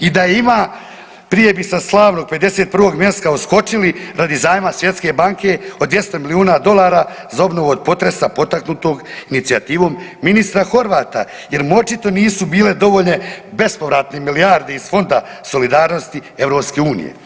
I da je ima prije bi sa slavnog 51. mjesta odskočili radi zajma Svjetske banke od 200 milijuna dolara za obnovu od potresa potaknutog inicijativom ministra Horvata jer mu očito nisu bile dovoljne bespovratne milijarde iz Fonda solidarnosti EU.